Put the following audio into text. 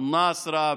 באל-נסרה,